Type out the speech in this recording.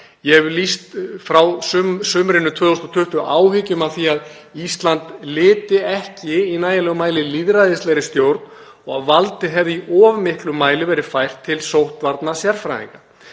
Ég hef lýst frá sumrinu 2020 áhyggjum af því að Ísland lyti ekki í nægilegum mæli lýðræðislegri stjórn og valdið hefði í of miklum mæli verið fært til sóttvarnasérfræðinga.